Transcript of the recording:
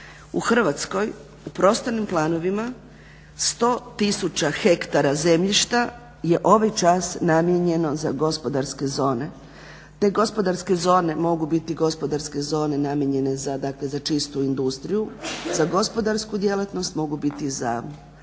U Hrvatskoj u prostornim planovima 100 tisuća hektara zemljišta je ovaj čas namijenjeno za gospodarske zone. Te gospodarske zone mogu biti gospodarske zone namijenjene dakle za čistu industriju, za gospodarsku djelatnost, mogu biti za